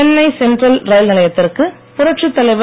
Chennai central ரயில் நிலையத்திற்கு புரட்சித் தலைவர்